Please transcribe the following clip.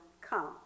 come